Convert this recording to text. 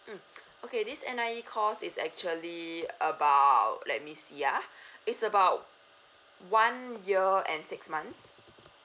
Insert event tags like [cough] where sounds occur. mm okay this N_I_E course is actually about let me see ah [breath] it's about one year and six months